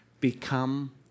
become